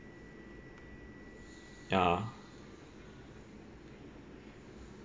ya